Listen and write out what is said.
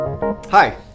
Hi